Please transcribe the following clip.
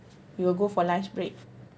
we will go for lunch break